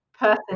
person